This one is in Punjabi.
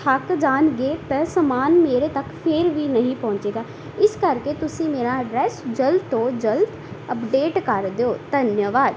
ਥੱਕ ਜਾਣਗੇ ਪਰ ਸਮਾਨ ਮੇਰੇ ਤੱਕ ਫਿਰ ਵੀ ਨਹੀਂ ਪਹੁੰਚੇਗਾ ਇਸ ਕਰਕੇ ਤੁਸੀਂ ਮੇਰਾ ਅਡਰੈਸ ਜਲਦ ਤੋਂ ਜਲਦ ਅਪਡੇਟ ਕਰ ਦਿਓ ਧੰਨਵਾਦ